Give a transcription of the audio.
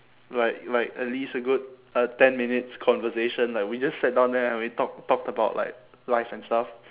like like at least a good a ten minutes conversation like we just sat down there and we talk~ talked about like life and stuff